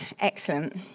excellent